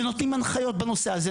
ונותנים הנחיות בנושא הזה,